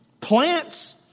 plants